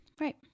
Right